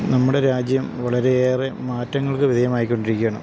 നമ്മടെ രാജ്യം വളരെയേറെ മാറ്റങ്ങൾക്ക് വിധേയമായി കൊണ്ടിരിക്കുകയാണ്